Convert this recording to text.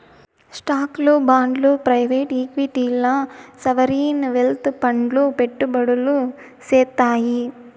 స్టాక్లు, బాండ్లు ప్రైవేట్ ఈక్విటీల్ల సావరీన్ వెల్త్ ఫండ్లు పెట్టుబడులు సేత్తాయి